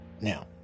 Now